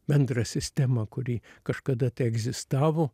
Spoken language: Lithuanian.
bendra sistema kuri kažkada tai egzistavo